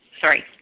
sorry